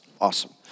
awesome